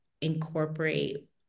incorporate